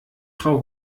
frau